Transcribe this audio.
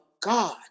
God